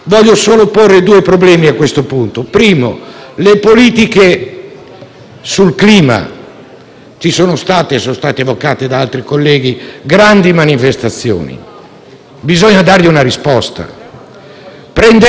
Ci sono state - sono state evocate da altri colleghi - grandi manifestazioni. Bisogna dare una risposta. Prenderete una posizione per dire che la programmazione sulla riduzione dei gas